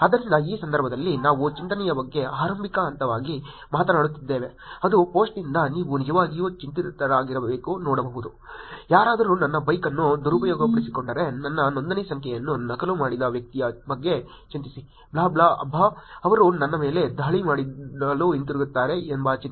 ಆದ್ದರಿಂದ ಈ ಸಂದರ್ಭದಲ್ಲಿ ನಾವು ಚಿಂತೆಯ ಬಗ್ಗೆ ಆರಂಭಿಕ ಹಂತವಾಗಿ ಮಾತನಾಡುತ್ತಿದ್ದೇವೆ ಅದು ಪೋಸ್ಟ್ನಿಂದ ನೀವು ನಿಜವಾಗಿಯೂ ಚಿಂತಿತರಾಗಿ ನೋಡಬಹುದು ಯಾರಾದರೂ ನನ್ನ ಬೈಕ್ ಅನ್ನು ದುರುಪಯೋಗಪಡಿಸಿಕೊಂಡರೆ ನನ್ನ ನೋಂದಣಿ ಸಂಖ್ಯೆಯನ್ನು ನಕಲು ಮಾಡಿದ ವ್ಯಕ್ತಿಯ ಬಗ್ಗೆ ಚಿಂತಿಸಿ ಬ್ಲಾ ಬ್ಲಾ ಅಬ್ಬಾ ಅವರು ನನ್ನ ಮೇಲೆ ದಾಳಿ ಮಾಡಲು ಹಿಂತಿರುಗುತ್ತಾರೆ ಎಂಬ ಚಿಂತೆ